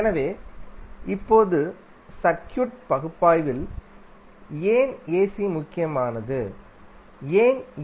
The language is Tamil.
எனவே இப்போது சர்க்யூட் பகுப்பாய்வில் ஏசி ஏன் முக்கியமானது ஏன் ஏ